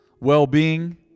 Well-being